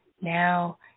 now